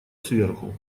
сверху